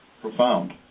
profound